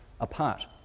apart